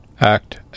Act